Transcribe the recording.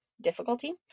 difficulty